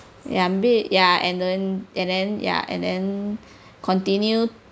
ya maybe ya and then and then ya and then continue